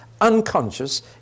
unconscious